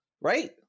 right